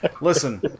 listen